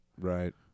Right